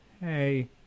hey